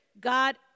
God